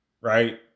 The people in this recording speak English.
Right